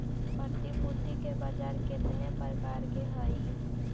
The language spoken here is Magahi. प्रतिभूति के बाजार केतने प्रकार के हइ?